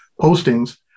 postings